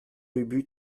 ubu